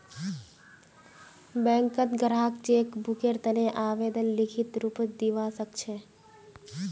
बैंकत ग्राहक चेक बुकेर तने आवेदन लिखित रूपत दिवा सकछे